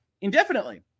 indefinitely